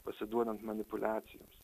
pasiduodant manipuliacijoms